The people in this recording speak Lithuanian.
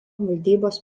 valdybos